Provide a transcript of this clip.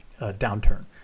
downturn